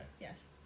Yes